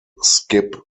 skip